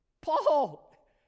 Paul